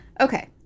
Okay